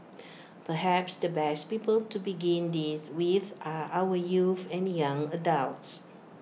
perhaps the best people to begin this with are our youths and young adults